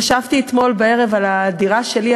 חשבתי אתמול בערב על הדירה שלי,